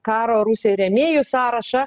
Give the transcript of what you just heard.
karo rusijoj rėmėjų sąrašą